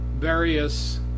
various